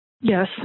Yes